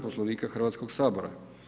Poslovnika Hrvatskog sabora.